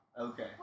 Okay